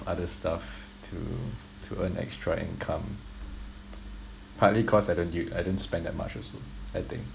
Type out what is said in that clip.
other stuff to to earn extra income partly cause I don't u~ I don't spend that much also I think